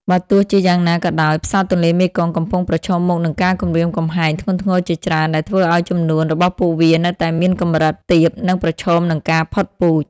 បើទោះជាយ៉ាងណាក៏ដោយផ្សោតទន្លេមេគង្គកំពុងប្រឈមមុខនឹងការគំរាមកំហែងធ្ងន់ធ្ងរជាច្រើនដែលធ្វើឱ្យចំនួនរបស់ពួកវានៅតែមានកម្រិតទាប និងប្រឈមនឹងការផុតពូជ។